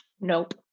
Nope